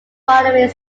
following